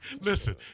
Listen